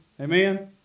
Amen